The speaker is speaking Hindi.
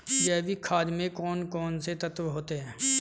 जैविक खाद में कौन कौन से तत्व होते हैं?